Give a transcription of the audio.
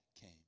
came